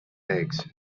eggs